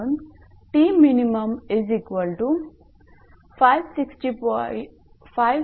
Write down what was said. म्हणून 𝑇𝑚𝑖𝑛 565